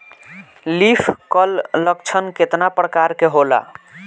Leaf curl लक्षण केतना परकार के होला?